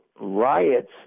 riots